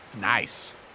Nice